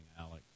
Alex